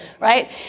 right